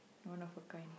one of a kind